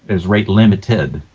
is weight-limited,